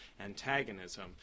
antagonism